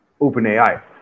OpenAI